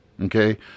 Okay